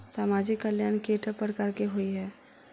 सामाजिक कल्याण केट प्रकार केँ होइ है?